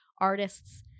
artists